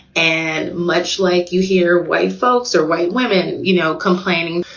and much like you hear white folks or white women, you know, complaining,